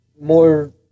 more